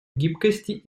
гибкости